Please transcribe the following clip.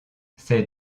ces